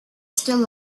still